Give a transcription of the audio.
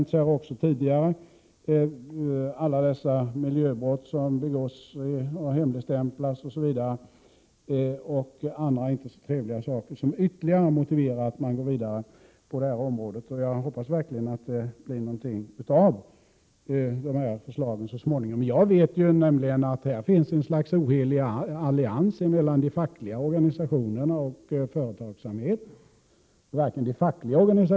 Ett stort antal miljöbrott som hemligstämplats liksom andra mindre trevliga saker motiverar ytterligare att man fortsätter arbetet på detta område. Jag hoppas verkligen att de framlagda förslagen så småningom leder till något. Jag vet att det finns en ohelig allians mellan de fackliga organisationerna och företagsamheten.